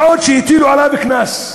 מה עוד שהטילו עליו קנס.